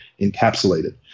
encapsulated